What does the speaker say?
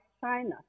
China